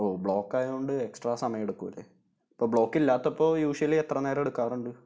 ഓ block ആയത് കൊണ്ട് extra സമയം എടുക്കും അല്ലെ അപ്പോൾ ബ്ലോക്ക് ഇല്ലാത്തപ്പോൾ യൂഷ്യലി എത്ര നേരം എടുക്കാറുണ്ട്